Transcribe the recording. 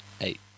Eight